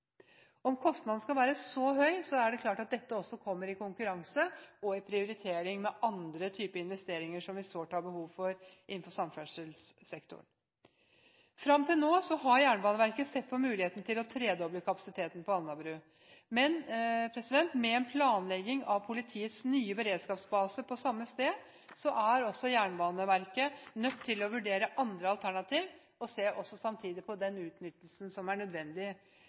Om kostnaden skal være så høy, er det klart at dette også kommer i konkurranse og i prioritering med andre typer investeringer som vi sårt har behov for innenfor samferdselssektoren. Fram til nå har Jernbaneverket sett på muligheten til å tredoble kapasiteten på Alnabru. Men med en planlegging av politiets nye beredskapsbase på samme sted, er også Jernbaneverket nødt til å vurdere andre alternativer og se på den utnyttelsen som er nødvendig